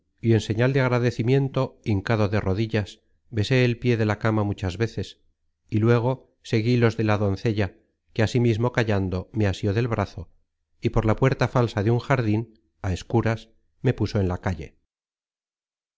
y en señal de agradecimiento hincado de rodillas besé el pié de la cama muchas veces y luego seguí los de la doncella que asimismo callando me asió del brazo y por la puerta falsa de un jardin á escuras me puso en la calle